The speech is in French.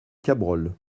cabrol